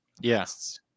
Yes